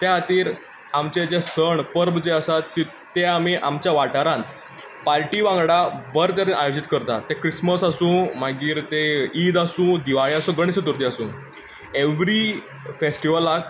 ते खातीर आमचे जे सण परबो जे आसात ते आमी आमच्या वाठारांत पार्टी वांगडा बरे तरेन आयोजीत करतात ते क्रिस्मस आसूं मागीर तें ईद आसूं दिवाळी आसूं गणेश चतुर्थी आसूं एव्हरी फेस्टिवलाक